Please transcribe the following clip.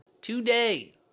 Today